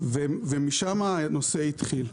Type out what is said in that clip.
ומשמה הנושא התחיל.